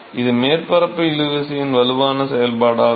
இது மேற்பரப்பு இழுவிசையின் வலுவான செயல்பாடாகும்